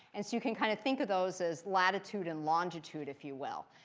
and so you can kind of think of those as latitude and longitude if you will.